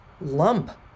lump